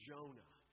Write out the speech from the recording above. Jonah